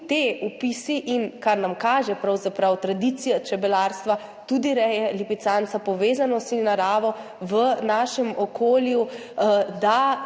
ti vpisi in kar nam kaže pravzaprav tradicija čebelarstva, tudi reje lipicanca, povezanost z naravo v našem okolju, da